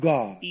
God